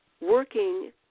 working